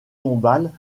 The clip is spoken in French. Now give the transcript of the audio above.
tombales